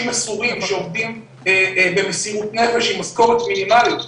מסורים שעובדים במסירות נפש עם משכורת מינימלית.